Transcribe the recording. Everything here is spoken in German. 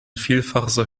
vielfaches